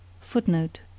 Footnote